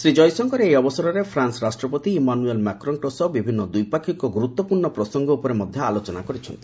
ଶ୍ରୀ ଜୟଶଙ୍କର ଏହି ଅବସରରେ ଫ୍ରାନ୍ନ ରାଷ୍ଟ୍ରପତି ଇମାନୁଏଲ୍ ମାକ୍ରନ୍ଙ୍କ ସହ ବିଭିନ୍ନ ଦ୍ୱିପାକ୍ଷିକ ଗୁରୁତ୍ୱପୂର୍ଣ୍ଣ ପ୍ରସଙ୍ଗ ଉପରେ ମଧ୍ୟ ଆଲୋଚନା କରିଚ୍ଛନ୍ତି